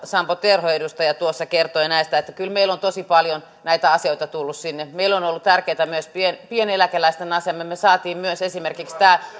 sampo terho tuossa kertoi näistä että kyllä meillä on tosi paljon näitä asioita tullut sinne meille on ollut tärkeätä myös pieneläkeläisten asema me me saimme myös esimerkiksi tämän